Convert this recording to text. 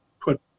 put